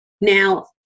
Now